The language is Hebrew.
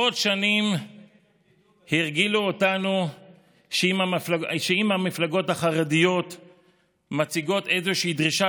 עשרות שנים הרגילו אותנו שאם המפלגות החרדיות מציגות איזושהי דרישה